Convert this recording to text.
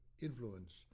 influence